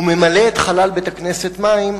וממלא את חלל בית-הכנסת מים,